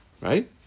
Right